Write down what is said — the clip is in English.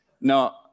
No